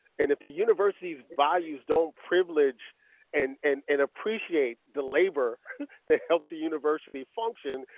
and if the university's values don't privilege and and and appreciate the labor that helps the university function,